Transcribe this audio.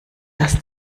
das